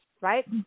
right